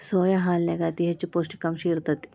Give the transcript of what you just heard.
soya ಹಾಲನ್ಯಾಗ ಅತಿ ಹೆಚ್ಚ ಪೌಷ್ಟಿಕಾಂಶ ಇರ್ತೇತಿ